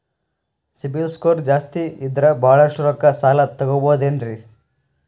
CIBIL score ಜಾಸ್ತಿ ಇದ್ರ ಬಹಳಷ್ಟು ರೊಕ್ಕ ಸಾಲ ತಗೋಬಹುದು ಏನ್ರಿ?